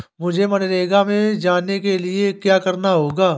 मुझे मनरेगा में जाने के लिए क्या करना होगा?